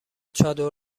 چادر